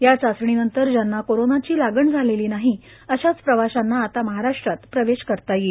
या चाचणीनंतर ज्यांना कोरोनाची लागण झालेली नाही अशाच प्रवाशांना आता महाराष्ट्रात प्रवेश करता येईल